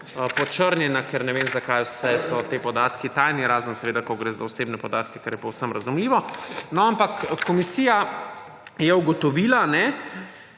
počrnjeno, ker ne vem, za kaj vse so ti podatki tajni, razen seveda, ko gre za osebne podatke, kar je povsem razumljivo. No, ampak, komisija je ugotovila, da